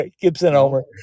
Gibson-Homer